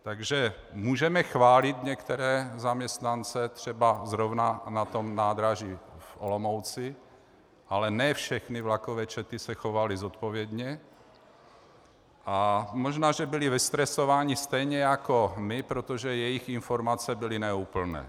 Takže můžeme chválit některé zaměstnance třeba zrovna na nádraží v Olomouci, ale ne všechny vlakové čety se chovaly zodpovědně, a možná že byli vystresováni stejně jako my, protože jejich informace byly neúplné.